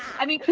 i mean, can